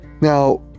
Now